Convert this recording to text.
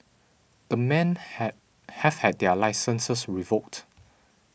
the men had have had their licences revoked